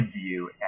view